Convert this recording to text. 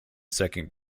second